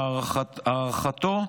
הארכתו,